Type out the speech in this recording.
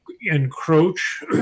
encroach